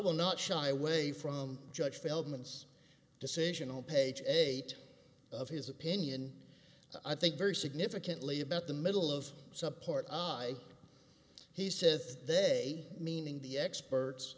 will not shy away from judge feldman's decision on page eight of his opinion i think very significantly about the middle of support i he says they meaning the experts